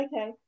Okay